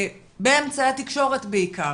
באמצעי התקשורת בעיקר,